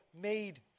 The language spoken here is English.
made